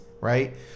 right